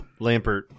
Lampert